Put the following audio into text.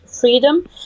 freedom